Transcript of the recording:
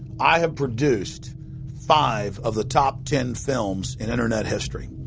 i have produced five of the top ten films in internet history,